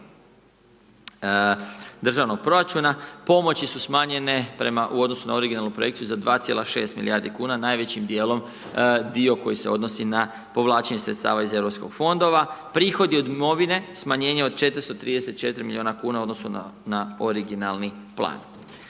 državnog proračuna pomoći su smanjenje u odnosu na originalnu projekciju za 2,6 milijardi kuna najvećim dijelom dio koji se odnosi na povlačenje sredstava iz europskih fondova. Prihodi od imovine, smanjenje od 434 milijuna kuna u odnosu na originalni plan.